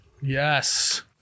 Yes